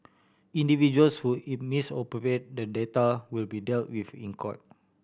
individuals who misappropriate the data will be dealt with in court